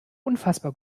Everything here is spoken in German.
unfassbar